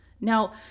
Now